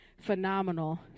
phenomenal